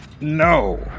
No